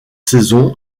saison